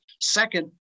second